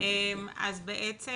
אז בעצם